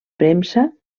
premsa